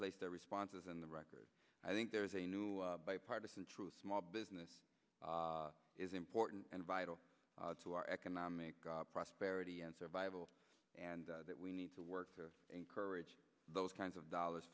place their responses in the record i think there is a new bipartisan truth small business is important and vital to our economic prosperity and survival and that we need to work to encourage those kinds of dollars